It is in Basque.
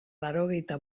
laurogeita